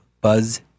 Buzz